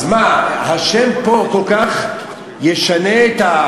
אז איך תקרא לזה,